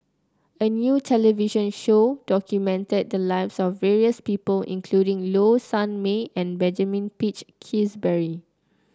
a new television show documented the lives of various people including Low Sanmay and Benjamin Peach Keasberry